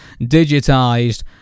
digitized